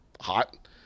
hot